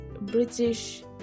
British